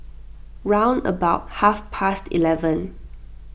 round about half past eleven